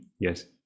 Yes